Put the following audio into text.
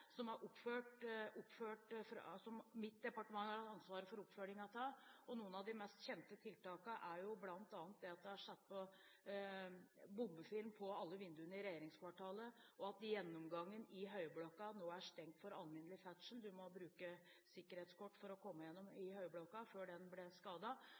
som mitt departement har ansvaret for oppfølgingen av. Noen av de mest kjente tiltakene er bl.a. at det er satt opp bombefilm på alle vinduene i regjeringskvartalet, og at gjennomgangen i høyblokken nå er stengt for alminnelig ferdsel. Du må bruke sikkerhetskort for å komme gjennom i høyblokken – før den ble